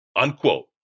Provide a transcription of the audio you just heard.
Unquote